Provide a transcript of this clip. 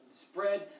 spread